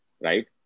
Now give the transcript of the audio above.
right